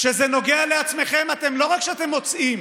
כשזה נוגע לעצמכם, לא רק שאתם מוצאים,